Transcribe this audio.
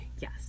Yes